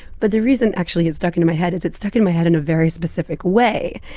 but the reason, actually, it stuck into my head is it stuck in my head in a very specific way.